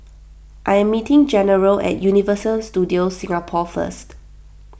I am meeting General at Universal Studios Singapore first